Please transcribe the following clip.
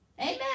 Amen